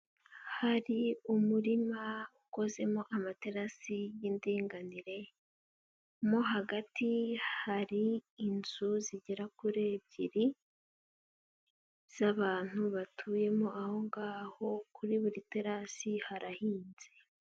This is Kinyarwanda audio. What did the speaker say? Hari umurima ukozemo amaterasi y'indinganire. Mo hagati hari inzu zigera kuri ebyiri z'abantu batuyemo. Aho ngaho kuri buri terasi harahinze.